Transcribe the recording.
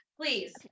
please